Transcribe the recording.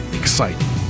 exciting